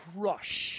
crush